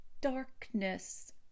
darkness